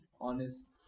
Honest